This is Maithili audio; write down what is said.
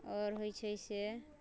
आओर होइ छै से